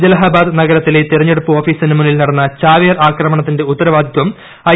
ജലഹബാദ് നഗരത്തിലെ തെരഞ്ഞെടുപ്പ് ഓഫീസിന് മുന്നിൽ നടന്ന ചാവേർ ആക്രമണത്തിന്റെ ഉത്തരവാദിത്തം ഐ